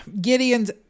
Gideon's